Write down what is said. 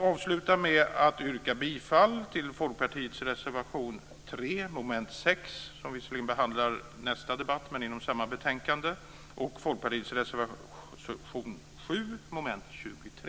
Avslutningsvis yrkar jag bifall till Folkpartiets reservation 3 under mom. 6, som visserligen gäller nästa debatt men som finns i samma betänkande, och till Folkpartiets reservation 7 under mom. 23.